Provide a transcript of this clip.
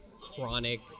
chronic